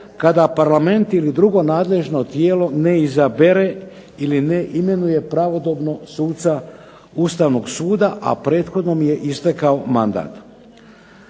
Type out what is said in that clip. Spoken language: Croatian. kada Parlament ili drugo nadležno tijelo ne izabere ili ne imenuje pravodobno suca Ustavnog suda a prethodno mi je istekao mandat.